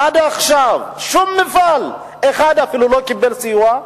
עד עכשיו שום מפעל, אחד אפילו, לא קיבל סיוע.